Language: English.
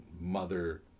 mother